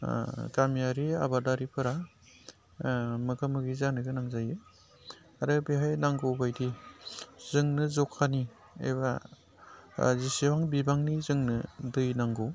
गामियारि आबादारिफोरा मोगा मोगि जानो गोनां जायो आरो बेवहाय नांगौ बायदि जोंनो जखानि एबा जेसेबां बिबांनि जोंनो दै नांगौ